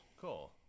Cool